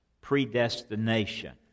predestination